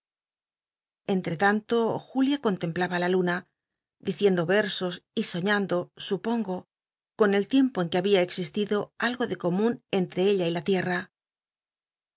entre tanto julia contemplaba l luna diciendo versos y soiíando htpongo con el tiempo en que habia existido algo de comun entre ella y la